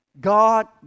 God